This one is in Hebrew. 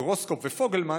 גרוסקופף ופוגלמן,